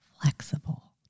Flexible